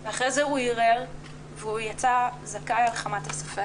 ואחרי זה הוא ערער והוא יצא זכאי מחמת הספק.